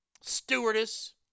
stewardess